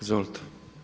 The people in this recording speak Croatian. Izvolite.